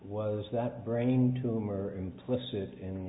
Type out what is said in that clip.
was that brain tumor implicit in